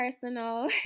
personal